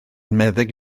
meddyg